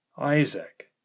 Isaac